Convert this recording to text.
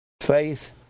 Faith